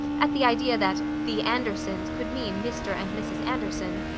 at the idea that the andersons could mean mr and mrs anderson.